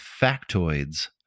factoids